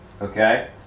Okay